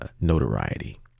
notoriety